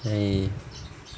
eh